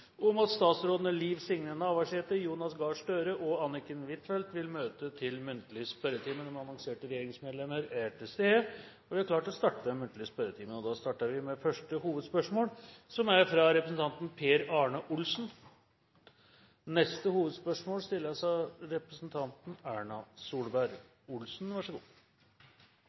om at statsrådene Liv Signe Navarsete, Jonas Gahr Støre og Anniken Huitfeldt vil møte til muntlig spørretime. De annonserte regjeringsmedlemmene er til stede, og vi er klare til å starte den muntlige spørretimen. Vi starter med første hovedspørsmål, fra representanten Per Arne Olsen.